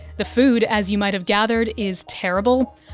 the food, as you might have gathered, is terrible.